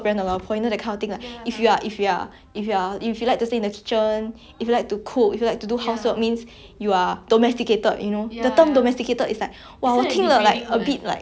you are domesticated you know yeah wha the term domesticated it's like !wah! 我听了 like a bit like 什么 what's that then like yeah but like some people just prefer doing that you know